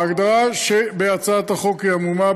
ההגדרה שבהצעת החוק היא עמומה,